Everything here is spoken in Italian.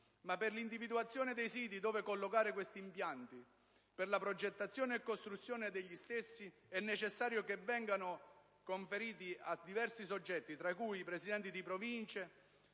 Ma per l'individuazione dei siti dove collocare questi impianti, per la progettazione e costruzione degli stessi è necessario che vengano conferiti a diversi soggetti, tra cui i presidenti delle Province,